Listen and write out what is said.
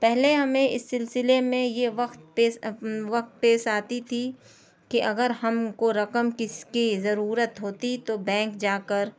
پہلے ہمیں اس سلسلے میں یہ وقت پیس آ وقت پیس آتی تھی کہ اگر ہم کو رقم کس کی ضرورت ہوتی تو بینک جا کر